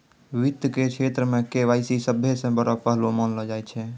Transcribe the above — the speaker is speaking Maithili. वित्त के क्षेत्र मे के.वाई.सी सभ्भे से बड़ो पहलू मानलो जाय छै